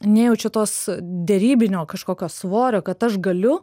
nejaučia tos derybinio kažkokio svorio kad aš galiu